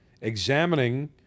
examining